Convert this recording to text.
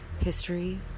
History